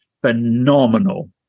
phenomenal